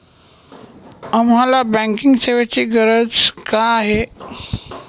आम्हाला बँकिंग सेवेची गरज का आहे?